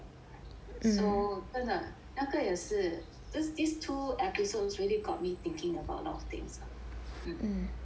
so 真的那个也是 this this two episodes really got me thinking about a lot of things ah hmm